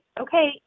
okay